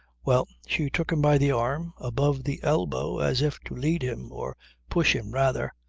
well, she took him by the arm, above the elbow, as if to lead him, or push him rather.